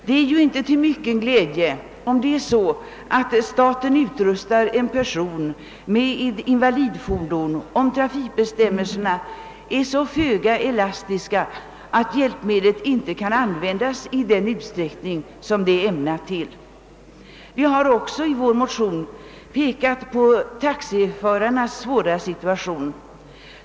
Det är ju inte till mycken glädje, om staten utrustar en person med invalidfordon om trafikbestämmelserna är så föga elastiska att hjälpmedlet inte kan användas i avsedd utsträckning. Vi har också i vår motion pekat på taxiförarnas svåra situation.